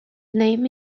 name